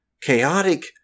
chaotic